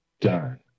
done